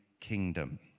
kingdom